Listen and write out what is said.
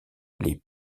les